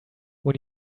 when